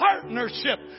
Partnership